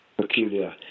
peculiar